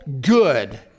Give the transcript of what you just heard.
good